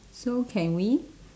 so can we